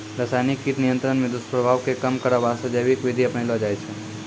रासायनिक कीट नियंत्रण के दुस्प्रभाव कॅ कम करै वास्तॅ जैविक विधि अपनैलो जाय छै